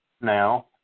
Now